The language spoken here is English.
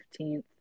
15th